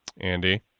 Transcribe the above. Andy